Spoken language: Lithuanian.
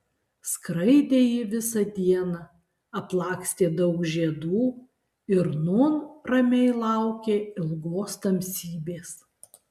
skraidė ji visą dieną aplakstė daug žiedų ir nūn ramiai laukė ilgos tamsybės